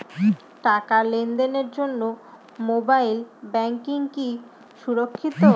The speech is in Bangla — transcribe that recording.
টাকা লেনদেনের জন্য মোবাইল ব্যাঙ্কিং কি সুরক্ষিত?